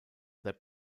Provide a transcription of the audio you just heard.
their